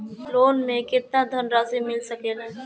Loan मे केतना धनराशी मिल सकेला?